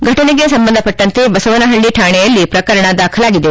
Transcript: ಘಟನೆಗೆ ಸಂಬಂಧಪಟ್ಟಂತೆ ಬಸವನಪಳ್ಳಿ ಠಾಣೆಯಲ್ಲಿ ಪ್ರಕರಣ ದಾಖಲಾಗಿವೆ